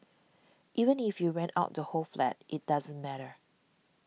even if you rent out the whole flat it doesn't matter